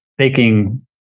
taking